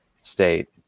state